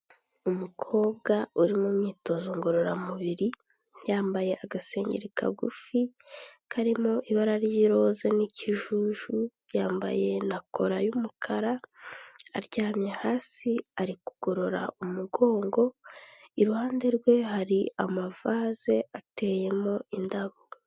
Umukobwa uri mu myitozo ngororamubiri yambaye agasengeri kagufi karimo ibara ry'iroza n'ikijuju, yambaye na kola y'umukara aryamye hasi, ari kugorora umugongo, iruhande rwe hari amavaze ateyemo indabo.